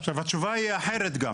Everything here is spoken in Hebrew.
התשובה היא אחרת גם.